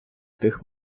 тих